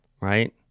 Right